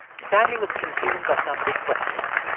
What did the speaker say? stanley was consumed by some big questions.